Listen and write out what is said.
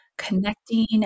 connecting